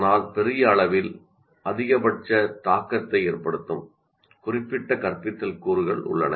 ஆனால் பெரிய அளவில் அதிகபட்ச தாக்கத்தை ஏற்படுத்தும் குறிப்பிட்ட கற்பித்தல் கூறுகள் உள்ளன